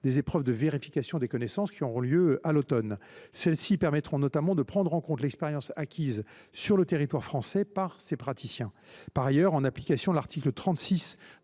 les épreuves de vérification des connaissances qui auront lieu à l’automne permettront notamment de prendre en compte l’expérience acquise sur le territoire français par ces praticiens. Par ailleurs, en application de l’article 36